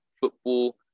football